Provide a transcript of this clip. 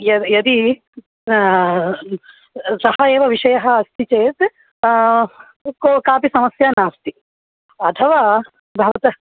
य यदि सः एव विषयः अस्ति चेत् को कापि समस्या नास्ति अथवा भवतः